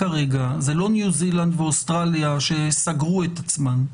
זה לא ניו זילנד או אוסטרליה שסגרו את עצמן.